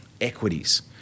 equities